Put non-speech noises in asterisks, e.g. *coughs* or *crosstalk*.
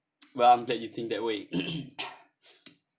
well I'm you think that way *coughs*